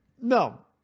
No